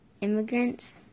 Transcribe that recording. immigrants